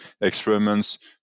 experiments